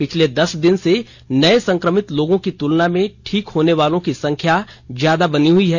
पिछले दस दिन से नये संक्रमित लोगों की तुलना में ठीक होने वालों की संख्या ज्यादा बनी हुई है